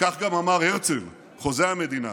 כך גם אמר הרצל חוזה המדינה,